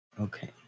Okay